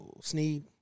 Sneed